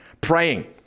praying